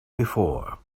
before